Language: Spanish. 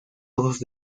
ojos